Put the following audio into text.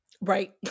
Right